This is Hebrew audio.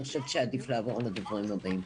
אני חושבת שעדיף לעבור לדוברים הבאים.